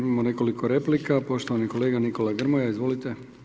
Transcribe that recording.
Imamo nekoliko replika, poštovani kolega Nikola Grmoja, izvolite.